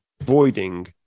avoiding